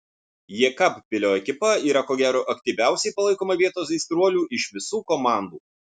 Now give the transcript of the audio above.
jekabpilio ekipa yra ko gero aktyviausiai palaikoma vietos aistruolių iš visų komandų